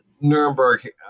Nuremberg